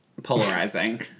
polarizing